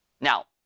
now